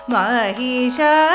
Mahisha